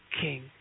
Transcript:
king